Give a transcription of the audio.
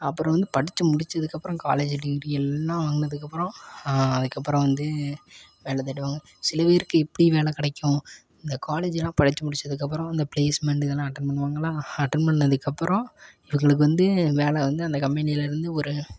அப்புறம் வந்து படித்து முடிச்சதுக்கு அப்புறம் காலேஜ் டிகிரி எல்லாம் வாங்குனதுக்கு அப்புறம் அதுக்கு அப்புறம் வந்து வேலை தேடுவாங்க சில பேருக்கு இப்படி வேலை கிடைக்கும் இந்த காலேஜ்லாம் படித்து முடிச்சதுக்கு அப்புறம் இந்த பிளெஸ்மெண்ட் இதெல்லாம் அட்டென் பண்ணுவாங்களா அட்டென் பண்ணத்துக்கு அப்புறம் இவங்களுக்கு வந்து வேலை வந்து அந்த கம்பெனிலருந்து ஒரு